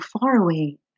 faraway